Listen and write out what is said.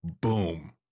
boom